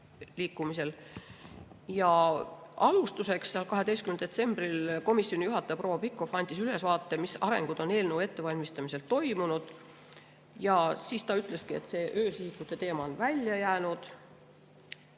edasiliikumisel. Alustuseks sellel 12. detsembril komisjoni juht proua Pikhof andis ülevaate, milline areng on eelnõu ettevalmistamisel toimunud. Ja siis ta ütleski, et see öösihikute teema on välja jäänud,